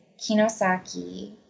Kinosaki